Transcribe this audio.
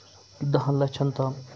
دَہَن لَچھَن تام